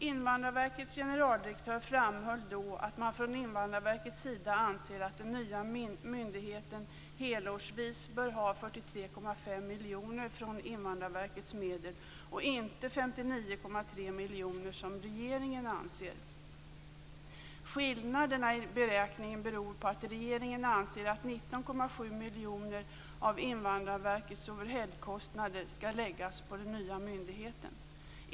Invandrarverkets generaldirektör framhöll då att man från Invandrarverkets sida anser att den nya myndigheten helårsvis bör ha 43,5 miljoner av Invandrarverkets medel, inte som regeringen anser 59,3 miljoner. Skillnaden i beräkningen beror på att regeringen anser att 19,7 miljoner av Invandrarverkets overheadkostnader skall läggas på den nya myndigheten.